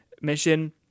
mission